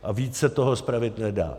A víc se toho spravit nedá.